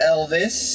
Elvis